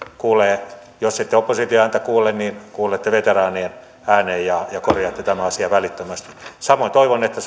kuulee tämän jos ette opposition ääntä kuule niin kuulette veteraanien äänen ja ja korjaatte tämän asian välittömästi samoin toivon että